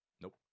nope